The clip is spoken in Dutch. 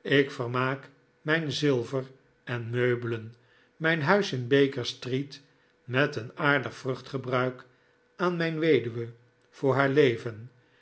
ik vermaak mijn zilver en meubelen mijn huis in baker street met een aardig vruchtgebruik aan mijn weduwe voor haar leven